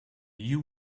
you